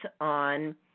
on